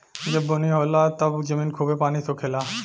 जब बुनी होला तब जमीन खूबे पानी सोखे ला